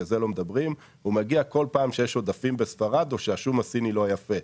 הוא מגיע כל פעם כשיש עודפים בספרד או שהשום הסיני לא יפה.